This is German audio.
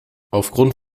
aufgrund